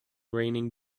raining